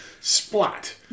splat